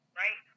right